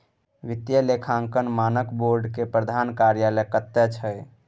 वित्तीय लेखांकन मानक बोर्ड केर प्रधान कार्यालय कतय छै